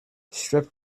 strip